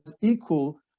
equal